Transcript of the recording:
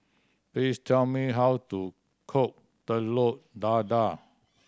please tell me how to cook Telur Dadah